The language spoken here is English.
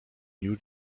new